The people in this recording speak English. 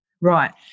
Right